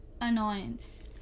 annoyance